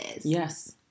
yes